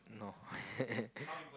no